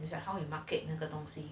is or how you market 那个东西